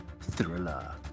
Thriller